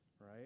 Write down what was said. right